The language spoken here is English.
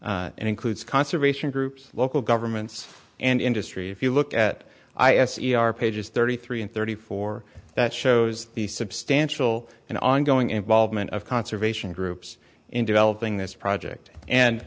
and includes conservation groups local governments and industry if you look at i s o pages thirty three and thirty four that shows the substantial and ongoing involvement of conservation groups in developing this project and